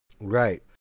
right